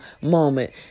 moment